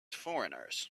foreigners